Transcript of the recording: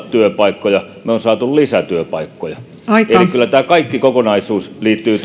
työpaikkoja saaneet lisää työpaikkoja eli kyllä tämä kaikki kokonaisuus liittyy